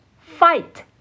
Fight